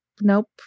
Nope